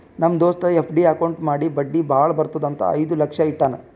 ನಮ್ ದೋಸ್ತ FD account ಮಾಡಿ ಬಡ್ಡಿ ಭಾಳ ಬರ್ತುದ್ ಅಂತ್ ಐಯ್ದ ಲಕ್ಷ ಇಟ್ಟಾನ್